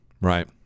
right